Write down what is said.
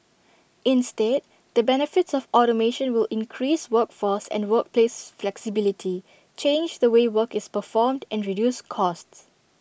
instead the benefits of automation will increase workforce and workplace flexibility change the way work is performed and reduce costs